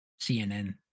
CNN